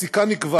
בפסיקה נקבע